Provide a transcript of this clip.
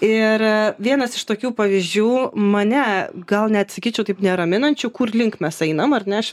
ir vienas iš tokių pavyzdžių mane gal net sakyčiau taip neraminančių kur link mes einam ar ne aš